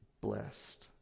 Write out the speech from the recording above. blessed